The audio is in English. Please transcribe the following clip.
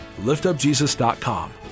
liftupjesus.com